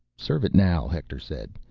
serve it now, hector said.